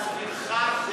להזכירך,